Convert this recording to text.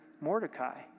Mordecai